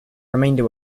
remainder